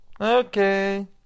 okay